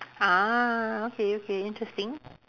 ah okay okay interesting